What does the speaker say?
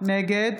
נגד